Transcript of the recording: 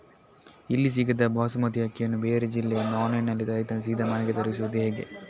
ಇಲ್ಲಿ ಸಿಗದ ಬಾಸುಮತಿ ಅಕ್ಕಿಯನ್ನು ಬೇರೆ ಜಿಲ್ಲೆ ಇಂದ ಆನ್ಲೈನ್ನಲ್ಲಿ ರೈತರಿಂದ ಸೀದಾ ಮನೆಗೆ ತರಿಸುವುದು ಹೇಗೆ?